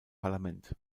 parlament